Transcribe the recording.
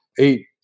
eight